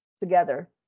together